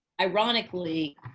ironically